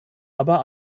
aber